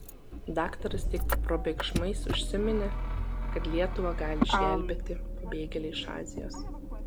daktaras tik probėgšmais užsiminė kad lietuvą gali išgelbėti pabėgėliai iš azijos